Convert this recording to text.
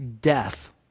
death